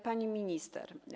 Pani Minister!